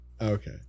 Okay